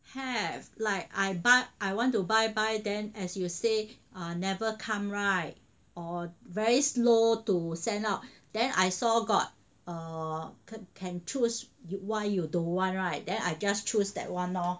have like I buy I want to buy buy then as you say never come [right] or very slow to send out then I saw got err can can choose you why you don't want [right] then I just choose that [one] lor